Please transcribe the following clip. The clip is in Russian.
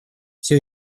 все